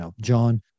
John